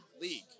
league